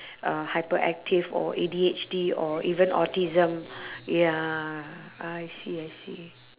uh hyperactive or A_D_H_D or even autism ya I see I see